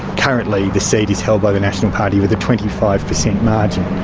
currently the seat is held by the national party with a twenty five percent margin.